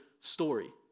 story